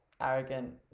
arrogant